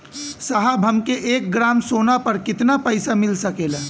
साहब हमके एक ग्रामसोना पर कितना पइसा मिल सकेला?